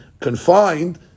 confined